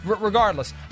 regardless